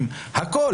זה נתון